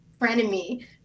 frenemy